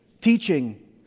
Teaching